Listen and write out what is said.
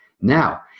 Now